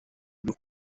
abe